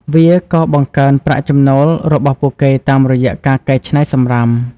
វាក៏បង្កើនប្រាក់ចំណូលរបស់ពួកគេតាមរយៈការកែច្នៃសំរាម។